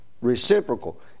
reciprocal